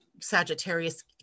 Sagittarius